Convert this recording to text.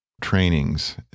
trainings